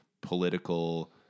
political